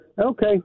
Okay